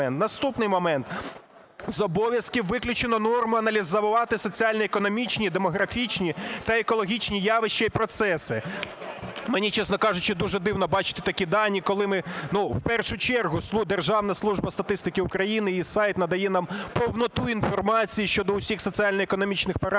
Наступний момент. З обов'язків виключена норма аналізувати соціально-економічні, демографічні та екологічні явища і процеси. Мені, чесно кажучи, дуже дивно бачити такі дані, коли ми, ну в першу чергу, Державна служба статистики України, її сайт надає нам повноту інформації щодо усіх соціально-економічних параметрів,